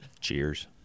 Cheers